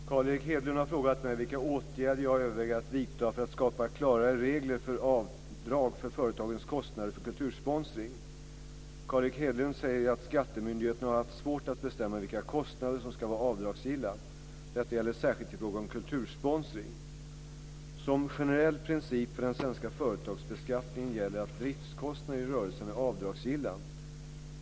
Herr talman! Carl Erik Hedlund har frågat mig vilka åtgärder jag överväger att vidta för att skapa klarare regler för avdrag för företagens kostnader för kultursponsring. Carl Erik Hedlund säger att skattemyndigheterna har haft svårt att bestämma vilka kostnader som ska vara avdragsgilla. Detta gäller särskilt i fråga om kultursponsring. Som generell princip för den svenska företagsbeskattningen gäller att driftskostnader i rörelsen är avdragsgilla.